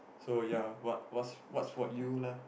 so ya loh what what's what's for you lah